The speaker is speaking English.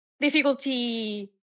difficulty